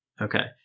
Okay